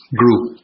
group